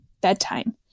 bedtime